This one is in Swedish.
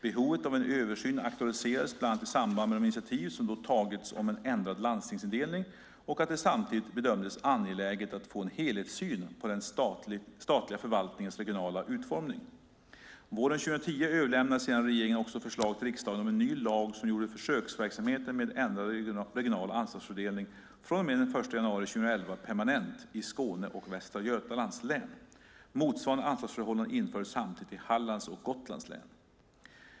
Behovet av en översyn aktualiserades bland annat i samband med de initiativ som då tagits om en ändrad landstingsindelning och att det samtidigt bedömdes angeläget att få en helhetssyn på den statliga förvaltningens regionala utformning. Våren 2010 överlämnade sedan regeringen också förslag till riksdagen om en ny lag som gjorde försöksverksamheten med ändrad regional ansvarsfördelning från och med den 1 januari 2011 permanent i Skåne och Västra Götalands län. Motsvarande ansvarsförhållande infördes samtidigt i Hallands och Gotlands län.